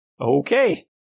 Okay